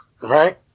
Right